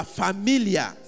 familiar